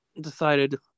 decided